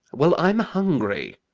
well, i'm hungry.